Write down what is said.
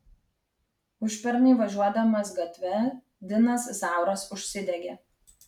užpernai važiuodamas gatve dinas zauras užsidegė